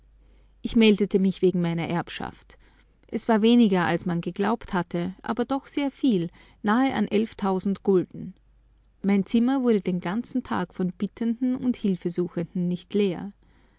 ich meldete mich wegen meiner erbschaft es war weniger als man geglaubt hatte aber doch sehr viel nahe an eilftausend gulden mein zimmer wurde den ganzen tag von bittenden und hilfesuchenden nicht leer